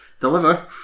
deliver